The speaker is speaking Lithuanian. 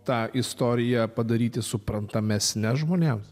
tą istoriją padaryti suprantamesne žmonėms